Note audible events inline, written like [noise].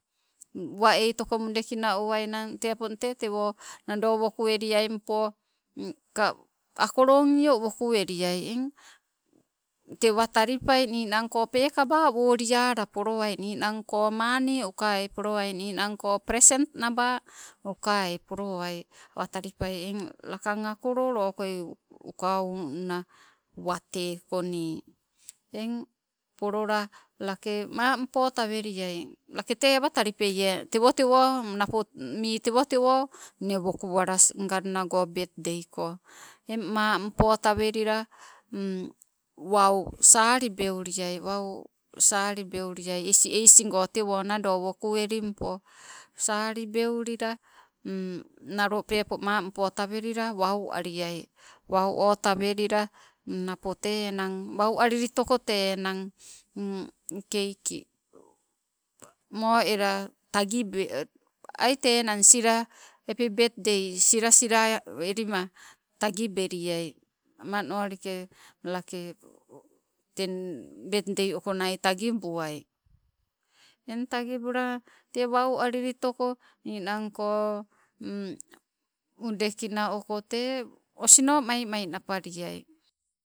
Uwa eitoko mudekina owainang te opong te tewoo nadoo woku eli aimmpo ka, akolombio woku eleai eng, tee talipa ninanko pekaba woliala ukawai polowai nnan manii ninang present nabaa ukawai pollowai, awa talipai eng lakang akolo lokoi uka lunna watee konii, eng polola lakee mampo taweliai, lake tee awatalipein e tewo temo nne woku alas nngannago betdeiko. Mammpo tawellila wau salibeuliai es- essgo tewoo nadoo wokuelimpo lalibeulila nalo pepo [unintelligible] mampotawelila waaliai. Wau otawelila napoo te enang. Wau alilitoloko napoo tee enang keiki moo ela tagibeaii ai te enang sila enang hepi betdei silasila welima tagibeliai eng te namanollike lakee, teng betdei okonai tagibuai. Eng tagibulla wau alilitoliko ninangko madekina oko tee osino maimai nappaliai.